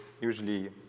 usually